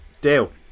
deal